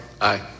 Aye